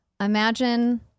Imagine